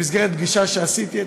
במסגרת פגישה שעשיתי.